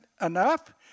enough